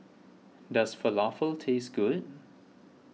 does Falafel taste good